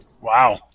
Wow